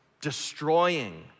Destroying